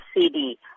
CD